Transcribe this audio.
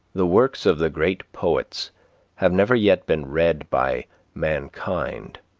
the works of the great poets have never yet been read by mankind,